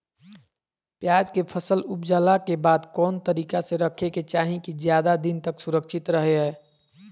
प्याज के फसल ऊपजला के बाद कौन तरीका से रखे के चाही की ज्यादा दिन तक सुरक्षित रहय?